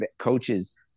coaches